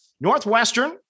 Northwestern